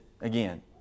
again